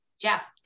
Jeff